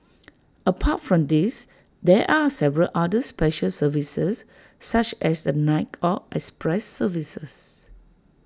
apart from these there are several other special services such as the night or express services